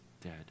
dead